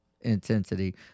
intensity